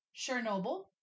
Chernobyl